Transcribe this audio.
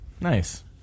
Nice